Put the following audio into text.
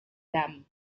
dam